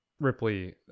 Ripley